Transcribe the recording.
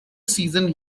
season